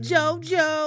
Jojo